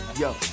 yo